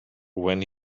when